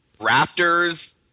Raptors